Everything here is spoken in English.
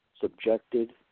subjected